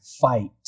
fight